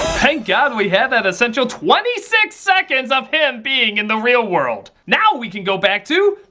thank god we had that essential twenty six seconds of him being in the real world. now we can go back to.